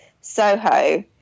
Soho